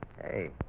Hey